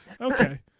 Okay